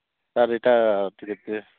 sir ଏଇଟା ଟିକେ test